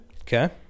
Okay